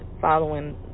following